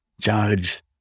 Judge